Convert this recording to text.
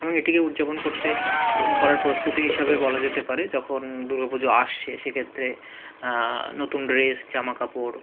এবং এটিকে উদযাপন করতে প্রো করার প্রস্তুতি হিসাবে বলা যেতে পারে যখন দুর্গাপুজো আসছে সেক্ষেত্রে নতুন ড্রেস জামা কাপড়